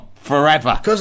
Forever